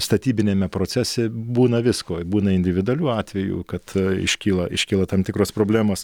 statybiniame procese būna visko būna individualių atvejų kad iškyla iškyla tam tikros problemos